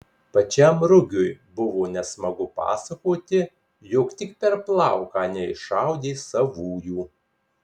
pačiam rugiui buvo nesmagu pasakoti jog tik per plauką neiššaudė savųjų